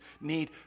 need